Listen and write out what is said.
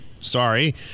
sorry